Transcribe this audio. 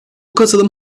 katılım